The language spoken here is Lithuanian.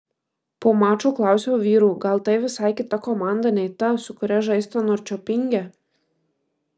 po mačo klausiau vyrų gal tai visai kita komanda nei ta su kuria žaista norčiopinge